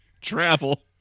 travel